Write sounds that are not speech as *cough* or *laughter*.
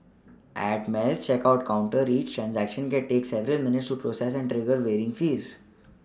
*noise* at Melt's checkout counter each transaction can take several minutes to process and trigger varying fees